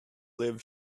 live